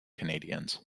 canadiens